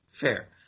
fair